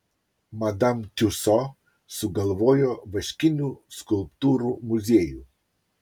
madam tiuso sugalvojo vaškinių skulptūrų muziejų